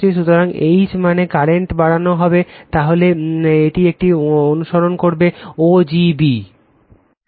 সুতরাংH মানে কারেন্ট বাড়ানো হবে তাহলে এই একটি পথ অনুসরণ করবে o g b